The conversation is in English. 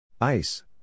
Ice